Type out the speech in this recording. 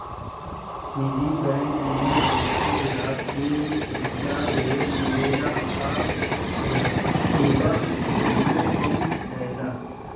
निजी बैंक में बाकि ग्राहक के सुविधा ढेर मिलेला आ इहवा भीड़ो कम रहेला